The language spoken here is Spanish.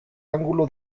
ángulo